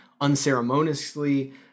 unceremoniously